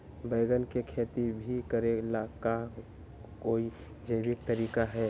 बैंगन के खेती भी करे ला का कोई जैविक तरीका है?